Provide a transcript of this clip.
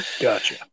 Gotcha